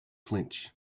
flinch